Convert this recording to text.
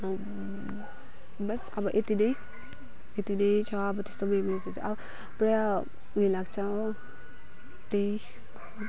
बस अब यति नै यति नै छ अब त्यस्तो मेमोरिजहरू अब पुरा उयो लाग्छ हो त्यही